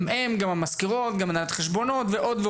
הם, המזכירות, מנהלות החשבונות ועוד.